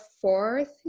fourth